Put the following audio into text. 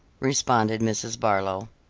responded mrs. barlow.